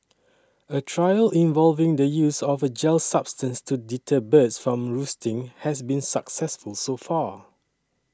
a trial involving the use of a gel substance to deter birds from roosting has been successful so far